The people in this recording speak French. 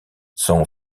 son